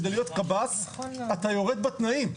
כדי להיות קב"ס אתה יורד בתנאים,